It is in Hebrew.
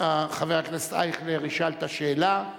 חבר הכנסת אייכלר ישאל את השאלה,